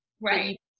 right